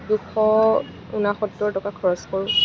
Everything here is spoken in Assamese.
দুশ ঊনসত্তৰ টকা খৰচ কৰোঁ